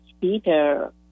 Peter